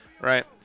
right